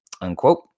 Unquote